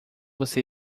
você